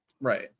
Right